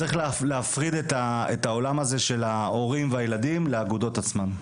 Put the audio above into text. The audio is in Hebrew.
צריך להפריד את העולם הזה של ההורים והילדים לאגודות עצמן,